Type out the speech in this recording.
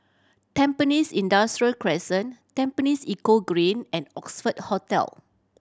Tampines Industrial Crescent Tampines Eco Green and Oxford Hotel